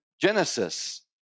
Genesis